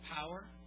Power